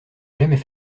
jamais